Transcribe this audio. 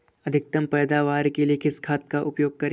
अधिकतम पैदावार के लिए किस खाद का उपयोग करें?